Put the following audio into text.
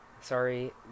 Sorry